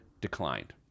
declined